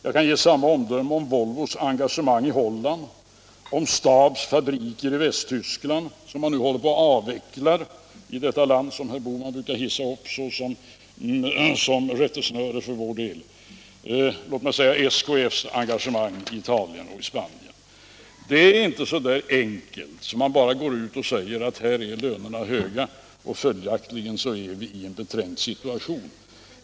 Jag kan göra samma omdöme om Volvos engagemang i Holland, om Stabs fabriker, som man nu håller på att avveckla, i Västtyskland = detta land som herr Bohman brukar sätta upp som rättesnöre för oss - och om SKF:s engagemang i Italien och Spanien. Det är inte så enkelt som man gör det när man säger: Här är lönerna höga; följaktligen är vi i en trängd situation.